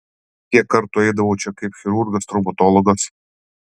kiek kartų eidavau čia kaip chirurgas traumatologas